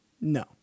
No